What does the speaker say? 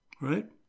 right